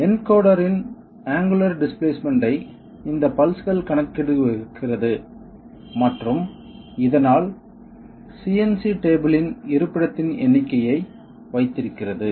encoder இன் angular displacement ஐ இந்த பல்ஸ்கள் கணக்கிடுகிறது மற்றும் இதனால் CNC டேபிள் இன் இருப்பிடத்தின் எண்ணிக்கையை வைத்திருக்கிறது